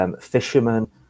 fishermen